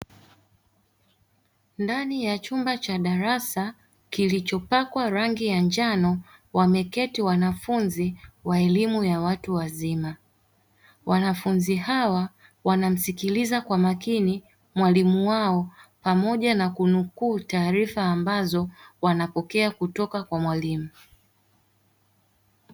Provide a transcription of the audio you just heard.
Ndani ya chumba cha darasa kilichopakwa rangi ya njano wameketi wanafunzi wa elimu ya watu wazima, wanafunzi hawa wanamsikiliza kwa makini mwalimu wao pamoja na kunukuu taarifa ambazo wanapokea kutoka kwa mwalimu.